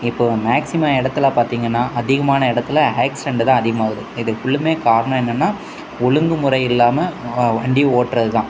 இப்போது மேக்சிமம் இடத்துல பார்த்தீங்கனா அதிகமான இடத்துல ஆக்சிடெண்ட்டு தான் அதிகமாகுது இது ஃபுல்லுமே காரணம் என்னன்னால் ஒழுங்கு முறை இல்லாமல் வண்டி ஓட்டுறதுதான்